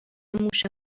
موش